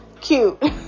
cute